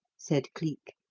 said cleek.